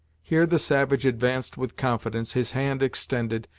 here the savage advanced with confidence, his hand extended,